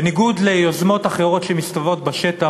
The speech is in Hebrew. בניגוד ליוזמות אחרות שמסתובבות בשטח,